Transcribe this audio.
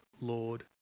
Lord